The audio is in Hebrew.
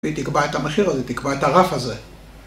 תקבע את המחיר הזה, תקבע את הרף הזה